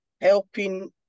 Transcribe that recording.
helping